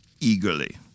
eagerly